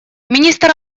министр